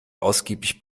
ausgiebig